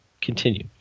continue